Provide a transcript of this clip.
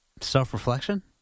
Self-reflection